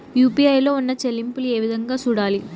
UPI లో ఉన్న చెల్లింపులు ఏ విధంగా సూడాలి